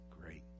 Great